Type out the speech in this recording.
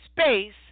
space